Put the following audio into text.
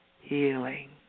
healing